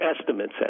estimates